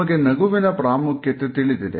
ನಮಗೆ ನಗುವಿನ ಪ್ರಾಮುಖ್ಯತೆ ತಿಳಿದಿದೆ